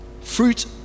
Fruit